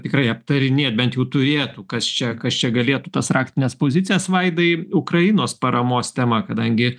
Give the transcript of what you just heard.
tikrai aptarinėja bent jų turėtų kas čia kas čia galėtų tas raktines pozicijas vaidai ukrainos paramos tema kadangi